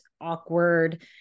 awkward